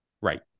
Right